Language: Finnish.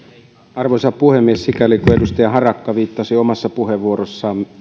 arvoisa puhemies sikäli kuin edustaja harakka viittasi omassa puheenvuorossaan